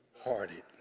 hearted